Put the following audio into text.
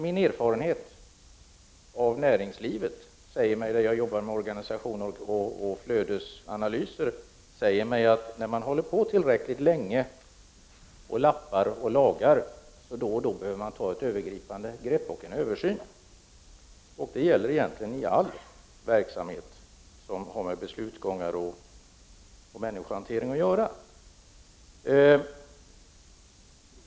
Min erfarenhet av näringslivet — jag arbetar med bl.a. organisationer och flödesanalyser — säger mig att när man har hållit på tillräckligt länge med att lappa och laga behövs det då och då ett övergripande grepp och en översyn, och det gäller egentligen för all verksamhet som har med beslutsgångar och människohantering att göra.